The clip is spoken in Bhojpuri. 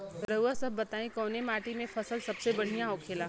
रउआ सभ बताई कवने माटी में फसले सबसे बढ़ियां होखेला?